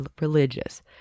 religious